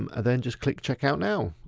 and then just click checkout now!